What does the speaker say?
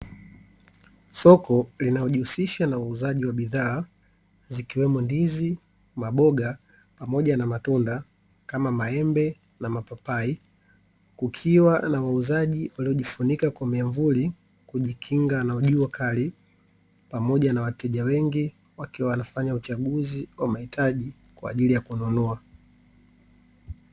Soko linalojihusisha na uuzaji wa bidhaa zikiwemo: ndizi, maboga pamoja na matunda kama maembe na mapapai. Kukiwa na wauzaji waliojifunika kwa miamvuli kujikinga na jua kali, pamoja na wateja wengi wakiwa wanafanya uchaguzi wa mahitaji kwa ajili ya kununua.